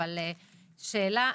אבל שאלה דינה,